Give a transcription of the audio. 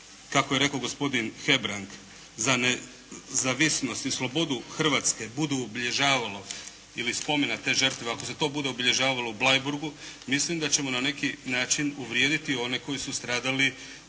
kako je rekao gospodin Hebrang, nezavisnost i slobodu Hrvatske budu obilježavalo i spomen na te žrtve ako se to bude obilježavalo u Bleiburgu, mislim da ćemo na neki način uvrijediti one koji su stradali